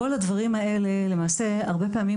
הרבה פעמים,